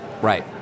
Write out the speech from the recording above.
Right